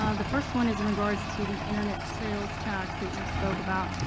um the first one is in regards to the internet sales tax that you spoke about.